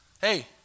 hey